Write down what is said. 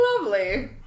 lovely